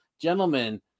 gentlemen